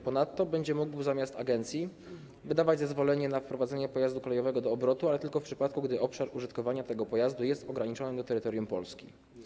Ponadto będzie mógł, zamiast agencji, wydawać zezwolenie na wprowadzenie pojazdu kolejowego do obrotu, ale tylko w przypadku, gdy obszar użytkowania tego pojazdu jest ograniczony do terytorium Polski.